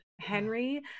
henry